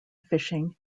fishing